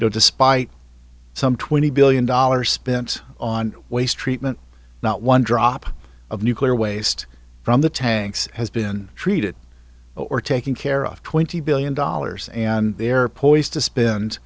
despite some twenty billion dollars spent on waste treatment not one drop of nuclear waste from the tanks has been treated or taking care of twenty billion dollars and they're poised to sp